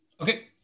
Okay